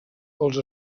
pels